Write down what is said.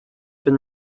been